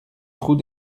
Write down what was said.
trou